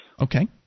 Okay